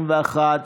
נמנעו.